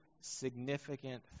significant